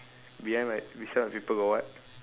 behind my beside my paper got what